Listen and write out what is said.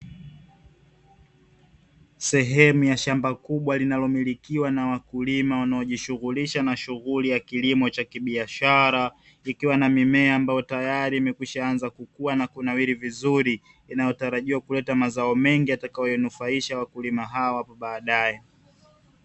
Sehemu ya shamba kubwa linalomilikiwa na wakulima wanaojishughulisha na shuhuli ya kilimo cha kibiashara, ikiwa na mimea ambayo tayari imekwishaanza kukua na kunawiri vizuri; inayotarajia kuleta mazao mengi yatakayo wanufaisha wakulima hawa hapo baadaye.